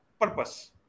purpose